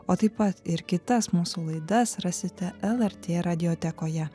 o taip pat ir kitas mūsų laidas rasite lrt radiotekoje